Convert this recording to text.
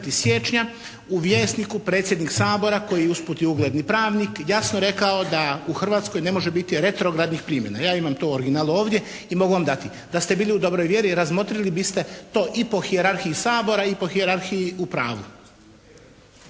siječnja u "Vjesniku" predsjednik Sabora koji je usput i ugledni pravnik jasno rekao da u Hrvatskoj ne može biti retrogradnih primjena. Ja imam to u originalu ovdje i mogu vam dati. Da ste bili u dobroj vjeri, razmotrili biste to i po hijerarhiji Sabora i po hijerarhiji u pravu.